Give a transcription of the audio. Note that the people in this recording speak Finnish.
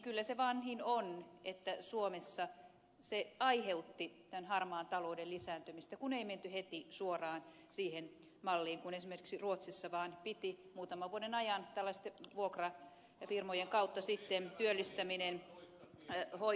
kyllä se vaan niin on että suomessa se aiheutti tämän harmaan talouden lisääntymistä kun ei menty heti suoraan siihen malliin mikä esimerkiksi ruotsissa on vaan piti muutaman vuoden ajan tällaisten vuokrafirmojen kautta sitten työllistäminen hoitaa